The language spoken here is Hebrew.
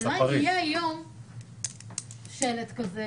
השאלה אם יהיה שלט שאומר שזה